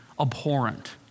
abhorrent